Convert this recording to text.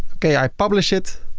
okay. i publish it.